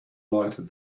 lighted